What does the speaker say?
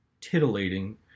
titillating